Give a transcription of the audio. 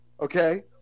Okay